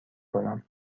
کنم